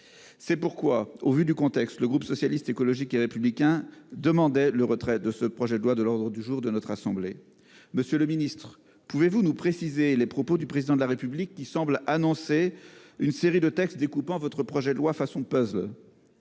C'est pourquoi, au vu du contexte actuel, le groupe Socialiste, Écologiste et Républicain a demandé que ce projet de loi soit retiré de l'ordre du jour de notre assemblée. Monsieur le ministre, pouvez-vous nous préciser les propos du Président de la République, qui semble annoncer une série de textes découpant votre projet de loi à la